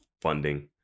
funding